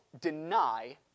deny